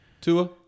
Tua